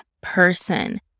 person